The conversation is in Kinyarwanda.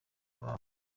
ababo